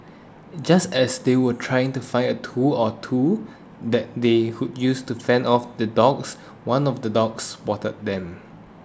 just as they were trying to find a tool or two that they could use to fend off the dogs one of the dogs spotted them